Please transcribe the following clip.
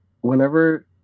whenever